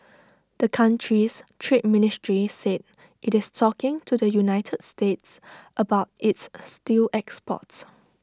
the country's trade ministry said IT is talking to the united states about its steel exports